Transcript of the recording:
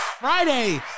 Friday